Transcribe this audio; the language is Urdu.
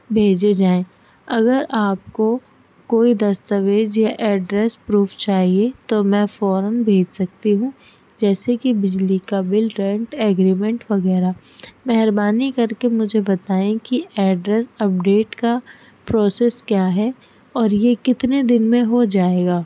بھیجے جائیں اگر آپ کو کوئی دستاویز یا ایڈریس پروف چاہیے تو میں فوراً بھیج سکتی ہوں جیسے کہ بجلی کا بل رینٹ ایگریمنٹ وغیرہ مہربانی کر کے مجھے بتائیں کہ ایڈریس اپڈیٹ کا پروسیس کیا ہے اور یہ کتنے دن میں ہو جائے گا